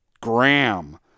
Graham